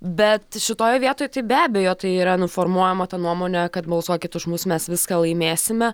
bet šitoj vietoj tai be abejo tai yra nu formuojama ta nuomonė kad balsuokit už mus mes viską laimėsime